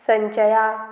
संचया